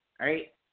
right